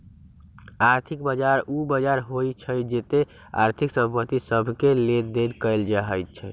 आर्थिक बजार उ बजार होइ छइ जेत्ते आर्थिक संपत्ति सभके लेनदेन कएल जाइ छइ